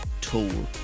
tool